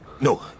No